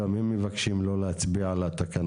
גם הם מבקשים לא להצביע על התקנות.